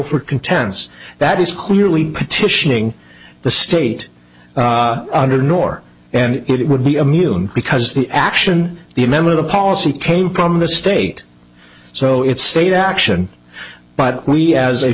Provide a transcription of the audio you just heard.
for contents that is clearly petitioning the state under nor and it would be immune because the action the member the policy came from the state so it's state action but we as a